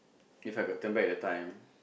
If I could turn back the time